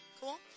cool